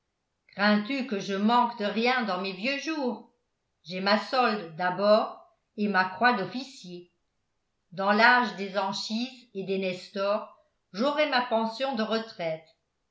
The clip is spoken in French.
crains-tu que je manque de rien dans mes vieux jours j'ai ma solde d'abord et ma croix d'officier dans l'âge des anchise et des nestor j'aurai ma pension de retraite